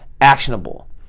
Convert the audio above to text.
actionable